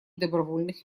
добровольных